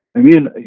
i mean,